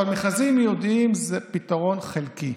אבל מכרזים ייעודיים זה פתרון חלקי.